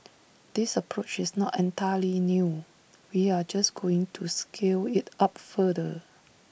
this approach is not entirely new we are just going to scale IT up further